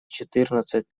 четырнадцать